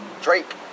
Drake